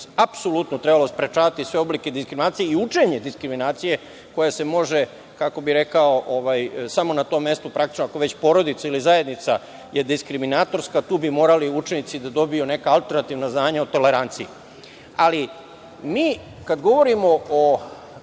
apsolutno trebalo sprečavati sve oblike diskriminacije i učenje diskriminacije koje se može, kako bih rekao, praktično samo na tom mestu, ako je već porodica ili zajednica diskriminatorska, tu bi morali učenici da dobiju neka alternativna znanja o toleranciji. Ali, kada govorimo,